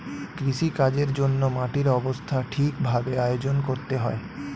কৃষিকাজের জন্যে মাটির অবস্থা ঠিক ভাবে আয়োজন করতে হয়